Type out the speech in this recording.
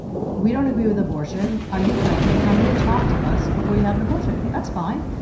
we don't agree with abortion. are you pregnant? come in and talk to us before you have an abortion, that's fine.